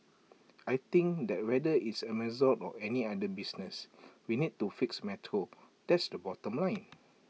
I think that whether it's Amazon or any other business we need to fix metro that's the bottom line